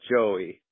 Joey